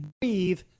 breathe